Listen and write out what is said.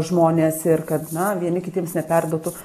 žmonės ir kad na vieni kitiems neperduotų